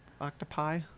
octopi